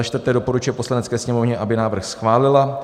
Začtvrté doporučuje Poslanecké sněmovně, aby návrh schválila.